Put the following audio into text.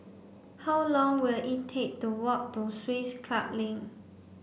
how long will it take to walk to Swiss Club Link